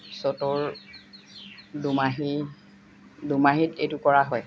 চ'তৰ দোমাহী দুমাহিত এইটো কৰা হয়